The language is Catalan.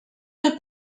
del